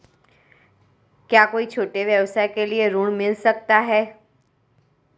क्या कोई छोटे व्यवसाय के लिए ऋण मिल सकता है?